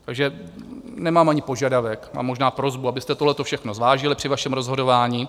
Takže nemám ani požadavek možná prosbu, abyste tohleto všechno zvážili při vašem rozhodování.